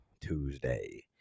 tuesday